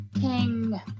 King